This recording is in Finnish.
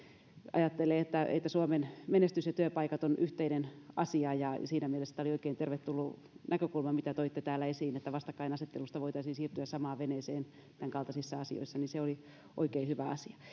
ajattelen että suomen menestys ja työpaikat ovat yhteinen asia ja siinä mielessä tämä oli oikein tervetullut näkökulma mitä toitte täällä esiin että vastakkainasettelusta voitaisiin siirtyä samaan veneeseen tämänkaltaisissa asioissa se oli oikein hyvä